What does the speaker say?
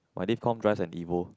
my Div Comm drives an Evo